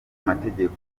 mategeko